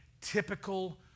typical